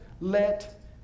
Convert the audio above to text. let